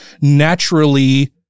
naturally